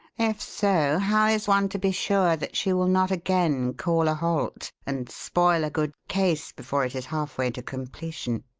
if so, how is one to be sure that she will not again call a halt, and spoil a good case before it is halfway to completion?